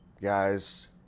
guys